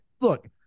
Look